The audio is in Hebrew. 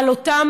על אותן